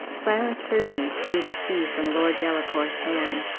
clarence hervey drew the key from lord delacour's hand,